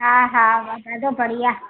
हा हा मा ॾाढो बढ़िया